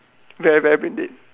very very brain dead